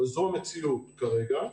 זו המציאות כרגע.